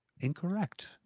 incorrect